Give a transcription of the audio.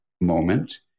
moment